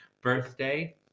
birthday